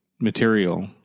material